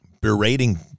berating